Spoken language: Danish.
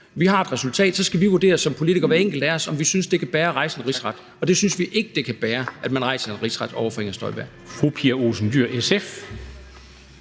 Vi har et resultat, og så skal vi som politikere, hver enkelt af os, vurdere, om vi synes, det kan bære at rejse en rigsretssag. Vi synes ikke, det kan bære, at man rejser en rigsretssag over for Inger Støjberg.